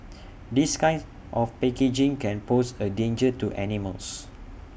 this kind of packaging can pose A danger to animals